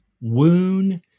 wound